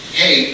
hey